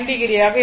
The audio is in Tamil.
9o ஆக இருக்கும்